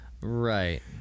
Right